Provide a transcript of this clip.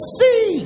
see